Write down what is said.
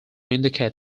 indicate